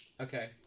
Okay